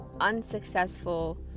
unsuccessful